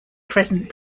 crescent